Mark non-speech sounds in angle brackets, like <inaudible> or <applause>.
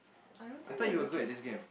I don't think they're looking <breath>